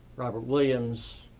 robert williams,